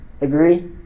Agree